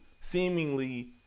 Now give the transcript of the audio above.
seemingly